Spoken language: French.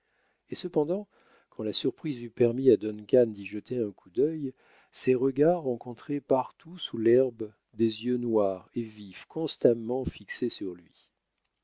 et cependant quand la surprise eut permis à duncan d'y jeter un coup d'œil ses regards rencontraient partout sous l'herbe des yeux noirs et vifs constamment fixés sur lui